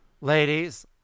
ladies